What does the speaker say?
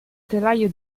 telaio